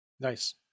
Nice